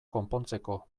konpontzeko